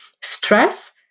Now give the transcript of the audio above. stress